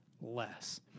less